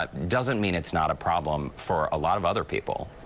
um doesn't mean it's not a problem for a lot of other people.